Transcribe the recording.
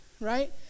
Right